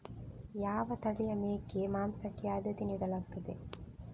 ಯಾವ ತಳಿಯ ಮೇಕೆ ಮಾಂಸಕ್ಕೆ ಆದ್ಯತೆ ನೀಡಲಾಗ್ತದೆ?